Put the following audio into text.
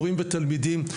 מורים ותלמידים,